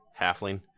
halfling